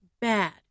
Bad